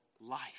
life